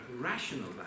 rational